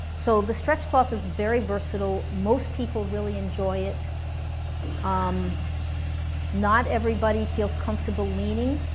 so the stretch cloth is very versatile, most people really enjoy it um not everybody feels comfortable leaning,